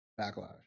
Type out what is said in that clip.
Backlash